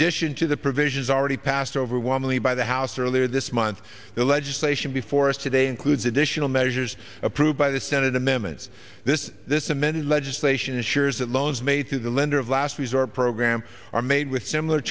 addition to the provisions already passed overwhelmingly by the house earlier this month the legislation before us today includes additional measures approved by the senate amendments this this amended legislation is is that loans made through the lender of last resort program are made with similar